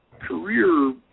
career